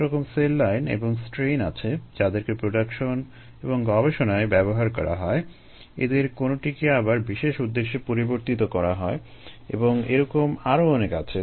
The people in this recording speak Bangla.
অনেক রকম সেল লাইন এবং স্ট্রেইন আছে যাদেরকে প্রোডাকশন এবং গবেষণায় ব্যবহার করা হয় এদের কোনটিকে আবার বিশেষ উদ্দেশ্যে পরিবর্তিত করা হয় এবং এরকম আরো অনেক আছে